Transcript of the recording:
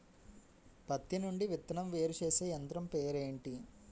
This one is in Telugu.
పత్తి నుండి విత్తనం వేరుచేసే యంత్రం పేరు ఏంటి